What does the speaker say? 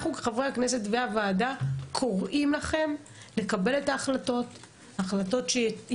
אנחנו כחברי כנסת והוועדה קוראים לכם לקבל את ההחלטות שייתנו